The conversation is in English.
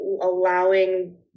allowing